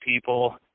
people